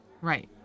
Right